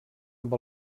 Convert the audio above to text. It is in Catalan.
amb